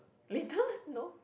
later no